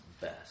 best